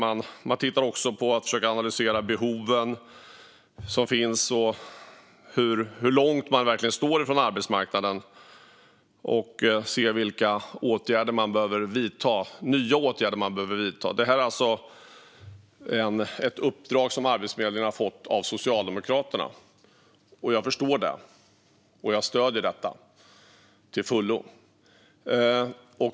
Man försöker också analysera behoven som finns och hur långt från arbetsmarknaden personerna verkligen står och se vilka nya åtgärder man behöver vidta. Det här är alltså ett uppdrag som Arbetsförmedlingen har fått av Socialdemokraterna. Jag förstår det, och jag stöder detta till fullo.